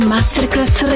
Masterclass